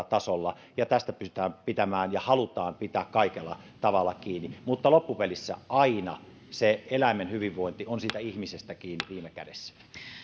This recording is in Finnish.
tasolla tästä pystytään pitämään ja halutaan pitää kaikella tavalla kiinni mutta loppupeleissä se eläimen hyvinvointi on aina siitä ihmisestä kiinni viime kädessä